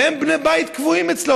והם בני בית קבועים אצלו,